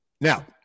Now